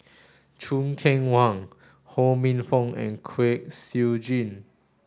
Choo Keng Kwang Ho Minfong and Kwek Siew Jin